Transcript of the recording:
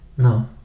No